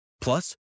Plus